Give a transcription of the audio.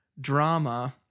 drama